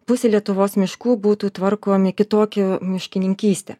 pusė lietuvos miškų būtų tvarkomi kitokiu miškininkyste